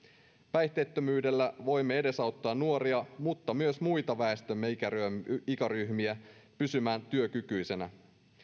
päihteettömyydellä voimme edesauttaa nuoria mutta myös muita väestömme ikäryhmiä ikäryhmiä pysymään työkykyisenä